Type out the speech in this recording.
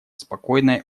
спокойной